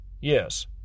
Yes